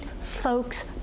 folks